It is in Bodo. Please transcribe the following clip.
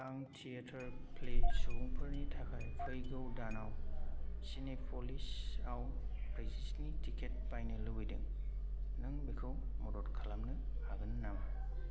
आं थियेतार प्ले सुबुंफोरनि थाखाय फैगौ दानआव सिनेपलिस आव ब्रैजिस्नि टिकेट बायनो लुबैदों नों बिखौ मदद खालामनो हागोन नामा